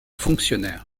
fonctionnaire